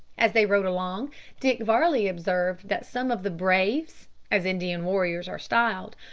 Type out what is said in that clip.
as they rode along dick varley observed that some of the braves, as indian warriors are styled,